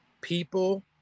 people